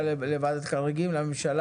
--- נגיע לוועדת חריגים לממשלה